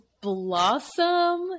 Blossom